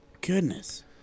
goodness